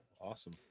Awesome